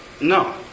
No